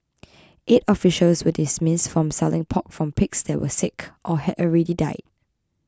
eight officials were dismissed for selling pork from pigs that were sick or had already died